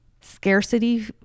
scarcity